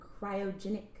cryogenic